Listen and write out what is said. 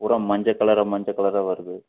பூரா மஞ்சக் கலராக மஞ்சக்கலராக வருது